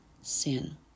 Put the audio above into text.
sin